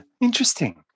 Interesting